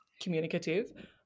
communicative